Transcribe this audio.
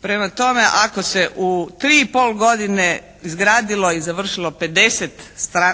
Prema tome, ako se u 3 i pol godine izgradilo i završilo 50